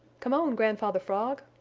come on, grandfather frog!